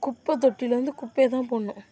குப்பத்தொட்டியில வந்து குப்பையை தான் போடணும்